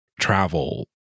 travel